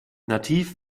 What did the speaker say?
nativ